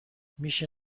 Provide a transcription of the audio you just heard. میشه